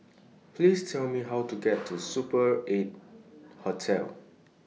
Please Tell Me How to get to Super eight Hotel